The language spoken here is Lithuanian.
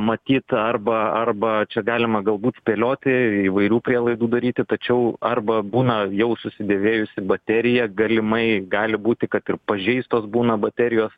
matyt arba arba čia galima galbūt spėlioti įvairių prielaidų daryti tačiau arba būna jau susidėvėjusi baterija galimai gali būti kad ir pažeistos būna baterijos